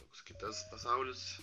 toks kitas pasaulis